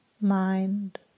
mind